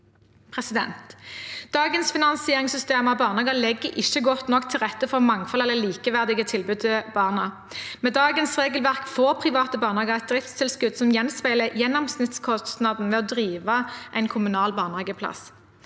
debatten. Dagens finansieringssystem av barnehager legger ikke godt nok til rette for mangfold eller likeverdige tilbud til barna. Med dagens regelverk får private barnehager et driftstilskudd som gjenspeiler gjennomsnittskostnaden ved å drive en kommunal barnehageplass.